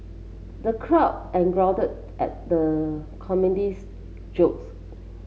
the crowd at the comedian's jokes